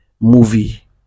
movie